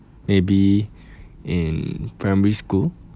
maybe in primary school